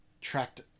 tracked